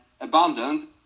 abundant